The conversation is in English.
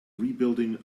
rebuilding